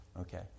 Okay